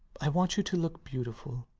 i want you to look beautiful.